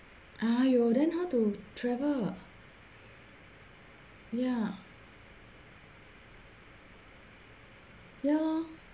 !aiyo! then how to travel ya ya lor